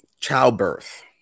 childbirth